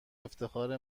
افتخار